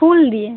ফুল দিয়ে